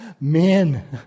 Men